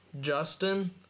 Justin